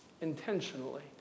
intentionally